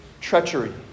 treachery